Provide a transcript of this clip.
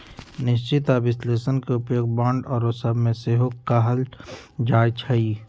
निश्चित आऽ विश्लेषण के उपयोग बांड आउरो सभ में सेहो कएल जाइ छइ